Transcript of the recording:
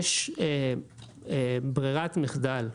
יש בררת מחדל.